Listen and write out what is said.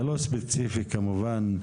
זה לא ספציפי כמובן,